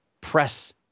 press